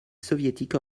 soviétiques